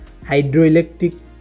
hydroelectric